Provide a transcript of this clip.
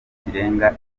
kirenga